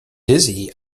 dizzy